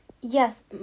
Yes